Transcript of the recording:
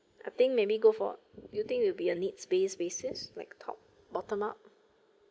I think maybe go for you think will be a needs based basis like top bottom up